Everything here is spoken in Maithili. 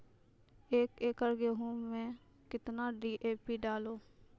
एक एकरऽ गेहूँ मैं कितना डी.ए.पी डालो?